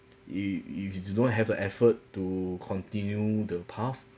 if if you don't have the effort to continue the path